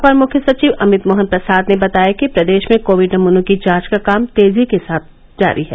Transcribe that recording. अपर मुख्य सचिव अमित मोहन प्रसाद ने बताया कि प्रदेश में कोविड नमूनों की जांच का काम तेजी के साथ जारी है